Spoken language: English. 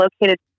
located